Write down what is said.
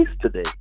today